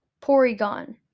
Porygon